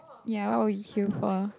ya what would you queue for